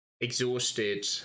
Exhausted